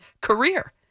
career